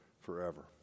forever